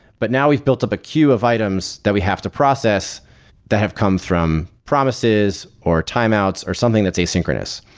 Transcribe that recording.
but now we've built up a queue of items that we have to process that have come from promises, or timeouts, or something that asynchronous.